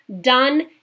Done